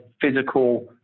physical